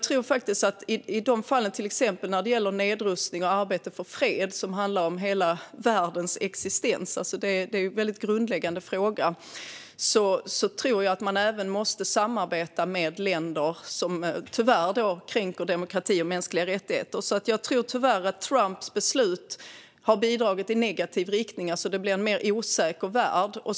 När det gäller exempelvis nedrustning och arbete för fred, grundläggande frågor som handlar om hela världens existens, tror jag att man måste samarbeta även med länder som tyvärr kränker demokrati och mänskliga rättigheter. Här tror jag tyvärr att Trumps beslut har bidragit i negativ riktning. Det blir en mer osäker värld.